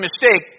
mistake